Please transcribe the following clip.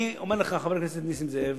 אני אומר לך, חבר הכנסת נסים זאב,